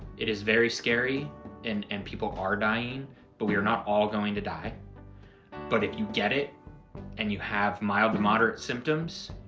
it is very scary and and people are dying but we are not all going to die but if you get it and you have mild to moderate symptoms,